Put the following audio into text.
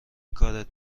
کارت